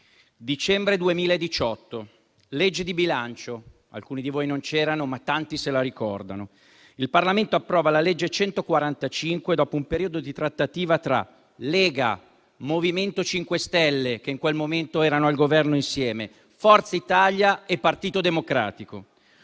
dicembre del 2018 e alla legge di bilancio: alcuni di voi non c'erano, ma tanti se la ricordano. Il Parlamento approva la legge n. 145, dopo un periodo di trattativa tra Lega, MoVimento 5 Stelle (in quel momento erano al Governo), Forza Italia e Partito Democratico: